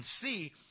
see